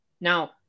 now